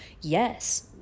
yes